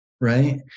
Right